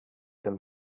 them